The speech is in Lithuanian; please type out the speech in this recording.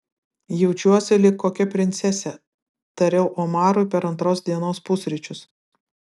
jaučiuosi lyg kokia princesė tariau omarui per antros dienos pusryčius